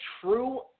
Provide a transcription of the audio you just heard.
true